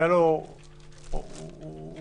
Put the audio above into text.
הוא